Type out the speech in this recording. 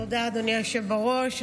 תודה, אדוני היושב בראש.